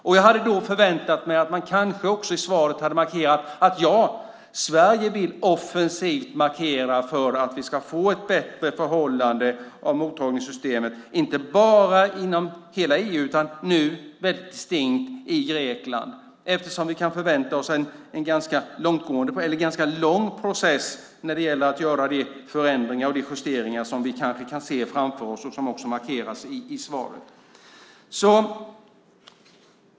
Men jag hade kanske förväntat mig att man i svaret betonat att Sverige vill markera offensivt för att vi ska få ett bättre förhållande inom mottagningssystemet, inte bara inom EU i allmänhet, utan nu väldigt distinkt i Grekland, eftersom vi kan förvänta oss en ganska lång process när det gäller att göra de förändringar och justeringar som vi kanske kan se framför oss och som också markeras i svaret.